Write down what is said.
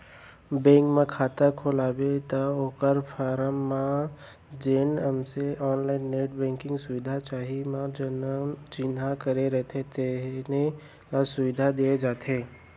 bank म खाता खोलवाबे त ओकर फारम म जेन मनसे ऑनलाईन नेट बेंकिंग सुबिधा चाही म जउन चिन्हा करे रथें तेने ल सुबिधा दिये जाथे